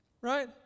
right